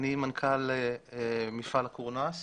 מנכ"ל מפעל הקורנס.